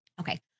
Okay